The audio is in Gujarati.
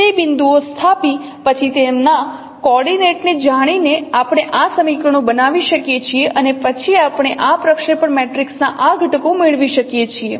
તે બિંદુઓ સ્થાપી પછી તેમના કોર્ડીનેટને જાણીને આપણે આ સમીકરણો બનાવી શકીએ છીએ અને પછી આપણે આ પ્રક્ષેપણ મેટ્રિક્સના આ ઘટકો મેળવી શકીએ છીએ